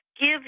give